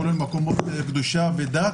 כולל מקומות קדושה ודת,